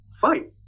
fight